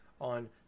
On